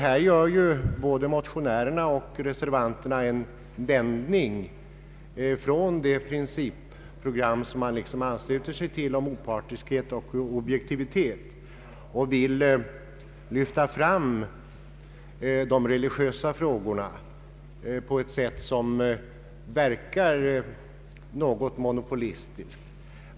Här gör både motionärerna och reservanterna en avvikelse från det principprogram om opartiskhet och objektivitet, som de ansluter sig till, och vill lyfta fram de religiösa frågorna på ett sätt som verkar något monopolistiskt.